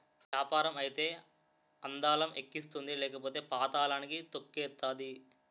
యాపారం అయితే అందలం ఎక్కిస్తుంది లేకపోతే పాతళానికి తొక్కేతాది